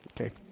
Okay